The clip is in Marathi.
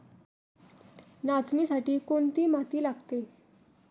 नाचणीसाठी कोणती माती लागते?